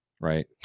right